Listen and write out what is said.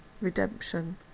redemption